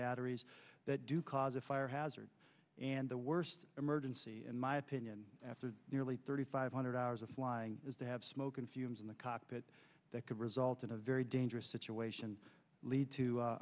batteries that do cause a fire hazard and the worst emergency in my opinion after nearly thirty five hundred hours of flying is to have smoke and fumes in the cockpit that could result in a very dangerous situation lead to